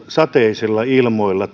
sateisilla ilmoilla